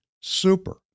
super